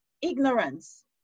Ignorance